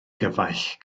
gyfaill